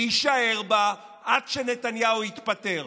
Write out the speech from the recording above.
להישאר בה עד שנתניהו יתפטר.